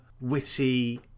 witty